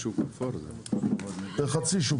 הישיבה ננעלה בשעה 10:28.